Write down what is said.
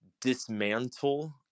dismantle